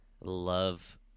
love